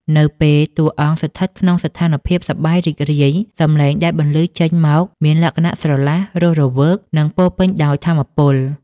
នៅពេលតួអង្គស្ថិតក្នុងស្ថានភាពសប្បាយរីករាយ សំឡេងដែលបន្លឺចេញមកមានលក្ខណៈស្រឡះ រស់រវើក និងពោពេញដោយថាមពល។